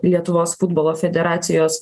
lietuvos futbolo federacijos